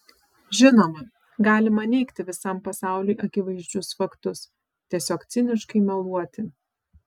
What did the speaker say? žinoma galima neigti visam pasauliui akivaizdžius faktus tiesiog ciniškai meluoti